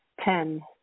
Ten